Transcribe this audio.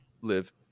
live